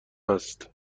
است